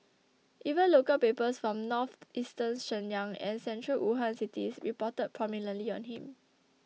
even local papers from northeastern Shenyang and central Wuhan cities reported prominently on him